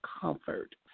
comfort